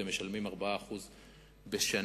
הם משלמים 4% בשנה.